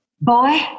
Boy